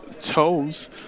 toes